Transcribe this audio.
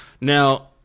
Now